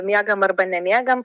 miegam arba nemiegam